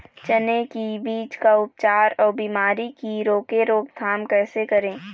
चने की बीज का उपचार अउ बीमारी की रोके रोकथाम कैसे करें?